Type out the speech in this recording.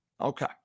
Okay